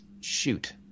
shoot